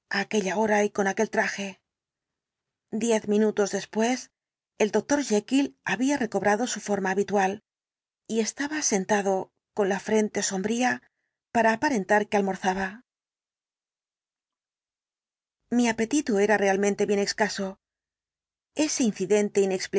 aquella hora y con aquel traje diez minutos después el doctor jekyll había recobrado su forma habitual y estaba sentado con la frente sombría para aparentar que almorzaba mi apetito era realmente bien excaso ese incidente